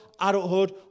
adulthood